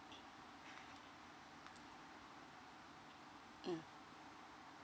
mm